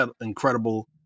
incredible